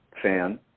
fan